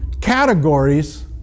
categories